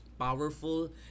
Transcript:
Powerful